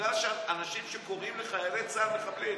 בגלל אנשים שקוראים לחיילי צה"ל "מחבלים".